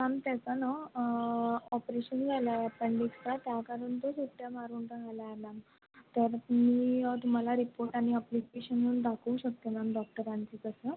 ma'am त्याचा ना operation झालं आहे अपेंडिक्सचं त्या कारण तो सुट्ट्या मारून राहिला आहे मॅम तर मी तुम्हाला रिपोर्ट आणि ॲप्लिकेशन दाखवू शकते मॅम डॉक्टरांचे तसं